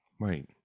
Right